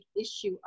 issue